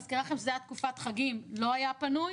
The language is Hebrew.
אני מזכירה לכם שזו הייתה תקופת חגים ולא היה פנוי,